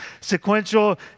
sequential